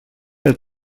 pel